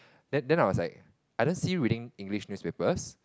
then then I was like I don't see you reading English newspapers